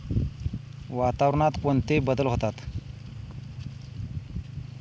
वातावरणात कोणते बदल होतात?